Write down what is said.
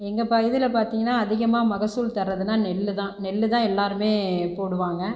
எங்கள் பகுதியில் பார்த்தீங்கனா அதிகமா மகசூல் தரதுனா நெல்லு தான் நெல்லுதான் எல்லாருமே போடுவாங்கள்